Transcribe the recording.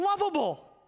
lovable